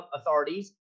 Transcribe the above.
authorities